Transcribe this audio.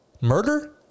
murder